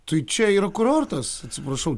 tai čia yra kurortas atsiprašau